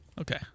Okay